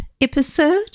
episode